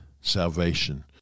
salvation